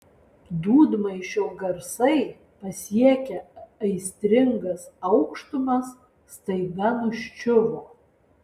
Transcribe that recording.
dūdmaišio garsai pasiekę aistringas aukštumas staiga nuščiuvo